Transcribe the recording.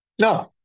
No